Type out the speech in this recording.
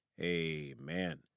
amen